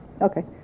okay